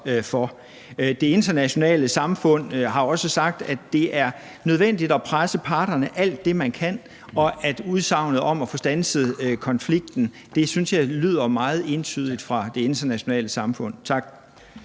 Det internationale samfund har også sagt, at det er nødvendigt at presse parterne alt det, man kan, og udsagnet om at få standset konflikten synes jeg lyder meget entydigt fra det internationale samfund. Tak.